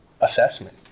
assessment